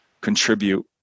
contribute